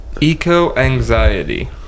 eco-anxiety